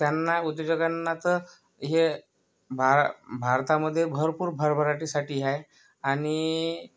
त्यांना उद्योजकांना तर हे भार भारतामध्ये भरपूर भरभराटीसाठी हे आहे आणि